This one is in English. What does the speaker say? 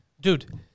dude